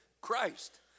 Christ